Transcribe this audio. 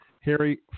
Harry